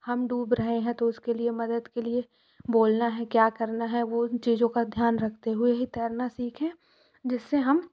हम डूब रहें हैं तो उसके लिए मदद के लिए बोलना है क्या करना है वो चीज़ों का ध्यान रखते हुए ही तैरना सीखें जिससे हम